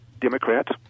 Democrats